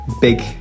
big